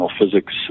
physics